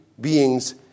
beings